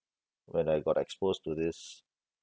when I got exposed to this